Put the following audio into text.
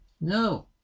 No